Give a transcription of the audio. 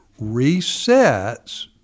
resets